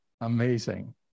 amazing